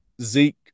Zeke